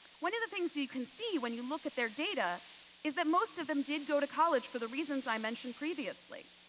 one of the things that you can see when you look at their data is that most of them did go to college for the reasons i mentioned previously.